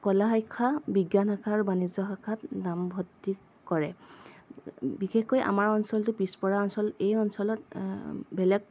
কলা শাখা বিজ্ঞান শাখা আৰু বাণিজ্য শাখাত নামভৰ্তি কৰে বিশেষকৈ আমাৰ অঞ্চলটো পিচপৰা অঞ্চল এই অঞ্চলত বেলেগ